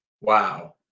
wow